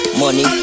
money